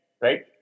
Right